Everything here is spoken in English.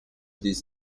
this